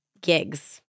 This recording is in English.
gigs